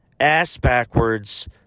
Ass-backwards